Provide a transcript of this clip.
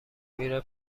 میره